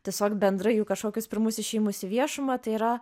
tiesiog bendrai jų kažkokius pirmus išėjimus į viešumą tai yra